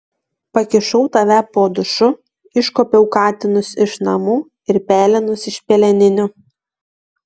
pakišau tave po dušu iškuopiau katinus iš namų ir pelenus iš peleninių